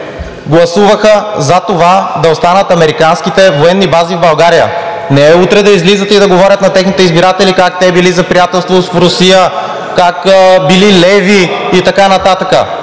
гласуваха „за“ това да останат американските военни бази в България, а не утре да излизат и да говорят на техните избиратели как те били за приятелство с Русия, как били леви и така нататък.